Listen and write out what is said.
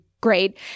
great